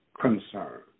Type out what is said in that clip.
concern